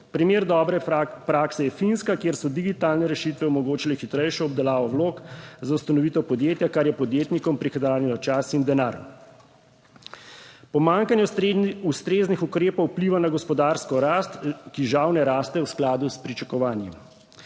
primer dobre prakse je Finska, kjer so digitalne rešitve omogočile hitrejšo obdelavo vlog za ustanovitev podjetja, kar je podjetnikom prihranilo čas in denar. Pomanjkanje ustreznih ukrepov vpliva na gospodarsko rast, ki žal ne raste v skladu s pričakovanji.